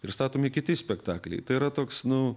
ir statomi kiti spektakliai tai yra toks nu